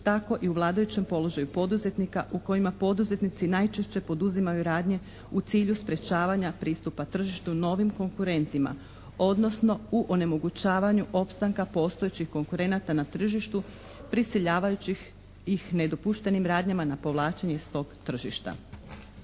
tako i u vladajućem položaju poduzetnika u kojima poduzetnici najčešće poduzimaju radnje u cilju sprječavanja pristupa tržištu novim konkurentima, odnosno u onemogućavanju opstanka postojećih konkurenata na tržištu prisiljavajući ih nedopuštenim radnjama na povlačenje s tog tržišta.